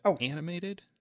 animated